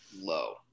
low